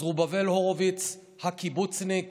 זרובבל הורוביץ ה"קיבוצניק"?